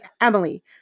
Emily